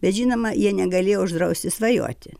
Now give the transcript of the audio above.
bet žinoma jie negalėjo uždrausti svajoti